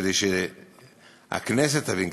כדי שהכנסת תבין,